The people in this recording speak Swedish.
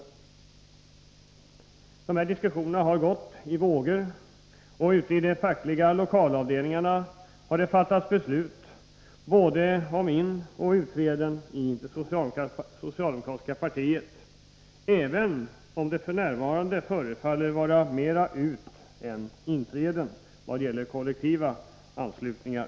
Dessa diskussioner har gått i vågor, och ute i de fackliga lokalavdelningarna har det fattats beslut både om utträde och om inträde i det socialdemokratiska partiet, även om det f. n. förefaller vara mera utän inträden när det gäller kollektiva anslutningar.